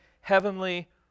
heavenly